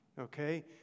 Okay